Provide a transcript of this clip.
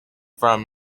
from